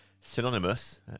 synonymous